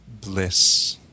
Bliss